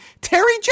Terry